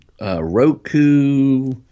Roku